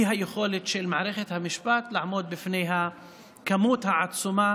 ולאי-היכולת של מערכת המשפט לעמוד בפני הכמות העצומה